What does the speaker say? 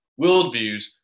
worldviews